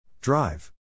Drive